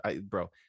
Bro